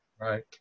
right